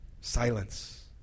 silence